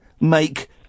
make